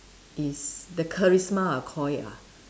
is the charisma I call it lah